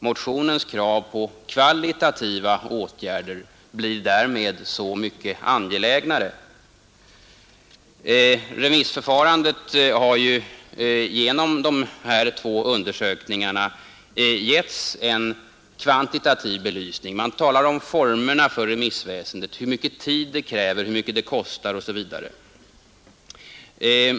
Motionens krav på kvalitativa åtgärder blir därmed så mycket angelägnare. Remissförfarandet har ju genom de här två undersökningarna givits en kvantitativ belysning. Man talar om formerna för remissväsendet, hur mycket tid det kräver, hur mycket det kostar osv.